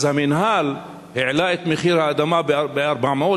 המינהל העלה את מחיר האדמה ב-400%,